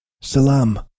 Salam